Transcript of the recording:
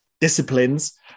disciplines